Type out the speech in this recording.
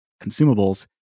consumables